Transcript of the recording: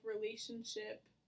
relationship